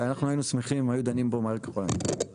ואנחנו היינו שמחים אם היו דנים בו מהר ככל הניתן.